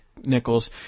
Nichols